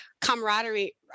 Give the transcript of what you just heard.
camaraderie